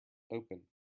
open